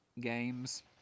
games